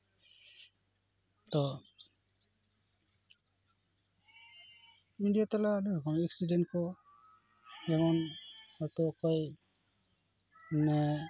ᱛᱚ ᱢᱤᱰᱤᱭᱟ ᱛᱟᱞᱟ ᱚᱱᱮ ᱦᱚᱲ ᱮᱠᱥᱤᱰᱮᱱᱴ ᱠᱚ ᱡᱮᱢᱚᱱ ᱱᱚᱛᱮ ᱚᱠᱚᱭ ᱢᱟᱱᱮ